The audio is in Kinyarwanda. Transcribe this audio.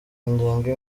ngingo